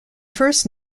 first